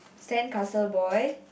sandcastle boy